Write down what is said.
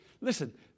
listen